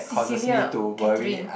Cecilia Katerine